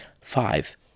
Five